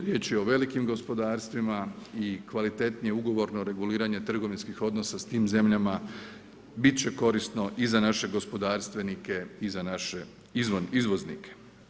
Riječ je o velikim gospodarstvima i kvalitetnije ugovorno reguliranje trgovinskih odnosa sa tim zemljama bit će korisno i za naše gospodarstvenike i za naše izvoznike.